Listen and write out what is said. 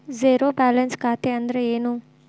Zero balance ಖಾತೆ ಅಂದ್ರೆ ಏನು?